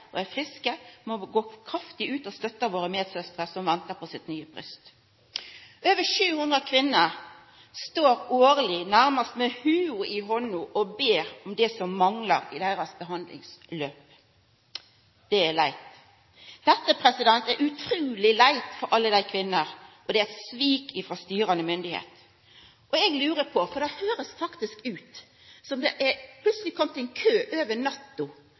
som er friske, må gå kraftig ut og støtta våre medsystrer som ventar på eit nytt bryst. Over 700 kvinner står årleg, nærmast med lua i handa, og ber om det som manglar i deira behandlingsløp. Det er leitt. Dette er utruleg leitt for alle dei kvinnene, og det er eit svik frå styrande myndigheiter. Eg lurer på, for det høyrest faktisk slik ut, om den køen plutseleg har kome over